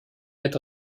mit